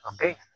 Okay